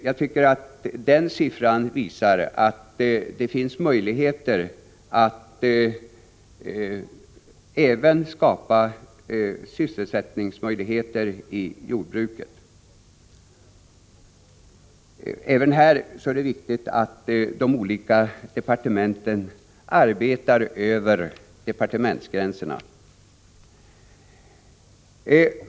Jag tycker att den siffran visar att det är möjligt att skapa sysselsättning även inom jordbruket. Också här är det viktigt att de olika departementen arbetar över departementsgränserna.